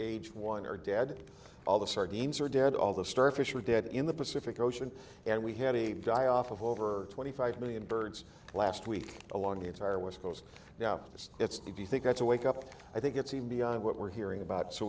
age one are dead all the sardines are dead all the starfish are dead in the pacific ocean and we had a guy off of over twenty five million birds last week along the entire west coast now it's if you think that's a wake up i think it's even beyond what we're hearing about so